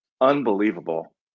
Unbelievable